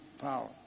power